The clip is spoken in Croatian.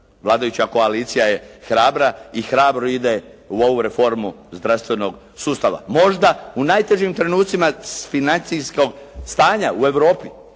vladajuća koalicija je hrabra i hrabro ide u ovu reformu zdravstvenog sustava. Možda u najtežim trenucima s financijskog stanja u Europi